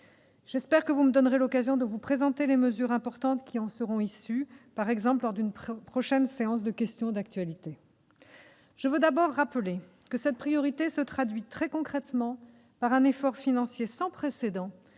J'espère que vous me donnerez l'occasion de vous présenter les mesures importantes qui en seront issues, par exemple lors d'une prochaine séance de questions d'actualité. Je veux d'abord rappeler que cette priorité se traduit très concrètement par un effort financier sans précédent